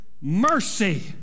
mercy